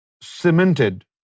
cemented